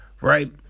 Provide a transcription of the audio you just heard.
right